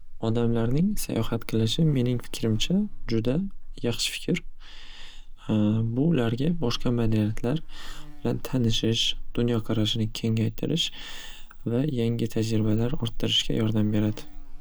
Odamlarning sayohat qilishi mening fikrimcha juda yaxshi fikr. Bu ularga boshqa madaniyatlar bilan tanishish, dunyo qarashini kengaytirish va yangi tajribalar ortdirishga yordam beradi.